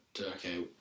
okay